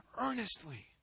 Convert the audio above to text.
earnestly